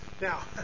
Now